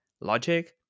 logic